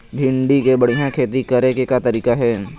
भिंडी के बढ़िया खेती करे के तरीका का हे?